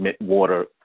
water